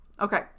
Okay